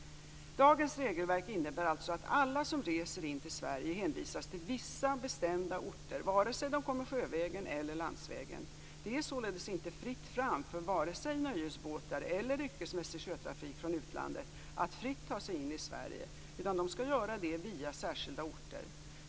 Dagens regelverk innebär alltså att alla som reser in till Sverige hänvisas till vissa bestämda orter, vare sig de kommer sjövägen eller landvägen. Det är således inte fritt fram för vare sig nöjesbåtar eller yrkesmässig sjötrafik från utlandet att fritt ta sig in i Sverige, utan de skall göra det via särskilda orter.